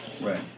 Right